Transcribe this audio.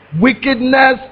wickedness